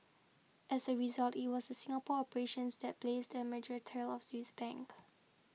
as a result it was Singapore operations that blazed the merger trail Swiss Bank